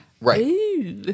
Right